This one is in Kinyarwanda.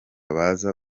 baza